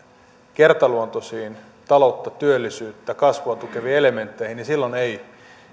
kertaluontoisiin taloutta työllisyyttä kasvua tukeviin elementteihin niin silloin tämä ei